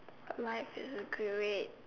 life is great